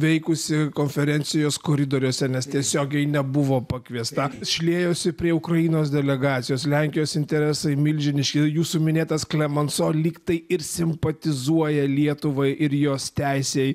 veikusi konferencijos koridoriuose nes tiesiogiai nebuvo pakviesta šliejosi prie ukrainos delegacijos lenkijos interesai milžiniški jūsų minėtas klemenso lyg tai ir simpatizuoja lietuvai ir jos teisei